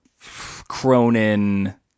Cronin